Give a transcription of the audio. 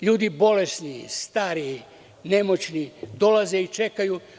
Ljudi bolesni, stari, nemoćni dolaze i čekaju.